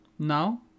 Now